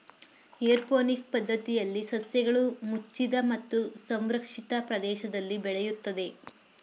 aeroponic ಪದ್ಧತಿಯಲ್ಲಿ ಸಸ್ಯಗಳು ಮುಚ್ಚಿದ ಮತ್ತು ಸಂರಕ್ಷಿತ ಪ್ರದೇಶದಲ್ಲಿ ಬೆಳೆಯುತ್ತದೆ